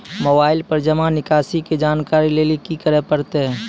Mobile पर जमा निकासी के जानकरी लेली की करे परतै?